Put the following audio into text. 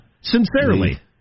Sincerely